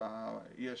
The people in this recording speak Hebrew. יש